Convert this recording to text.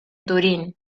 turín